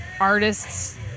artists